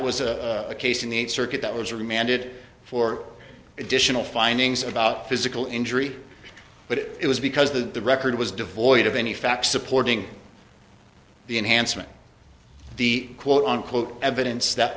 was a case in the eighth circuit that was remanded for additional findings about physical injury but it was because the record was devoid of any facts supporting the enhancement the quote unquote evidence that